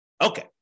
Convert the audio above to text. Okay